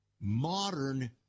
modern